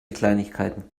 kleinigkeiten